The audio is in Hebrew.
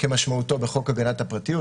כמשמעותו בחוק הגנת הפרטיות.